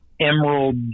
emerald